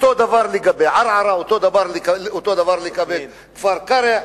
אותו דבר לגבי ערערה, אותו דבר לגבי כפר-קרע,